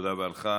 תודה רבה לך.